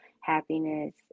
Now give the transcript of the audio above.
happiness